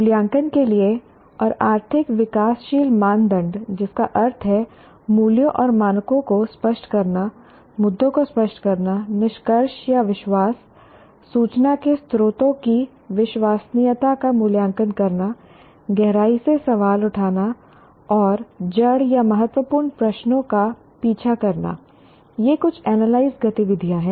मूल्यांकन के लिए और अधिक विकासशील मानदंड जिसका अर्थ है मूल्यों और मानकों को स्पष्ट करना मुद्दों को स्पष्ट करना निष्कर्ष या विश्वास सूचना के स्रोतों की विश्वसनीयता का मूल्यांकन करना गहराई से सवाल उठाना और जड़ या महत्वपूर्ण प्रश्नों का पीछा करना ये कुछ एनालाइज गतिविधियां हैं